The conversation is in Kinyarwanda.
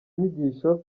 inyigisho